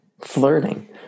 flirting